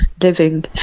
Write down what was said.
living